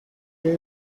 grew